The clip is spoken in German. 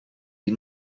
die